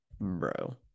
Bro